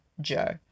Joe